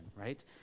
right